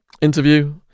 interview